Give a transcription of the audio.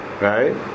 Right